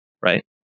right